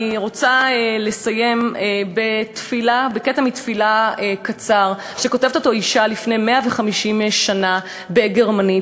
אני רוצה לסיים בקטע קצר מתפילה שכותבת אותו אישה לפני 150 שנה בגרמנית.